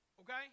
okay